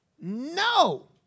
No